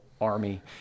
army